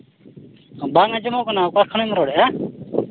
ᱵᱟᱝ ᱟᱸᱡᱚᱢᱚᱜ ᱠᱟᱱᱟ ᱚᱠᱟ ᱠᱷᱚᱱᱮᱢ ᱨᱚᱲᱮᱫᱼᱟ